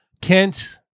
Kent